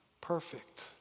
perfect